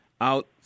out